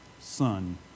son